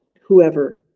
whoever